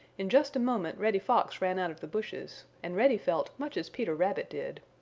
in just a moment reddy fox ran out of the bushes and reddy felt much as peter rabbit did.